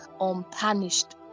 unpunished